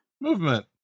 movement